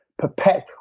perpet